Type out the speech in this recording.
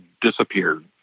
disappeared